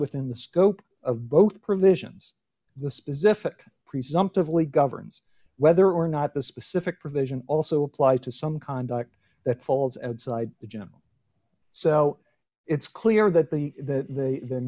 within the scope of both provisions the specific presumptively governs whether or not the specific provision also applies to some conduct that falls outside the gym so it's clear that the the the